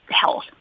health